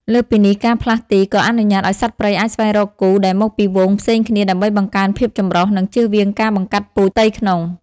លើសពីនេះ ការផ្លាស់ទីក៏អនុញ្ញាតឱ្យសត្វព្រៃអាចស្វែងរកគូ ដែលមកពីហ្វូងផ្សេងគ្នា ដើម្បីបង្កើនភាពចម្រុះ និងជៀសវាងការបង្កាត់ពូជផ្ទៃក្នុង។